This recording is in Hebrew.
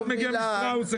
אחד מגיע משטראוס,